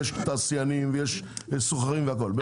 יש תעשיינים ויש סוחרים והכל.